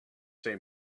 say